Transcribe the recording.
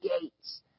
gates